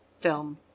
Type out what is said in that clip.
film